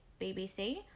BBC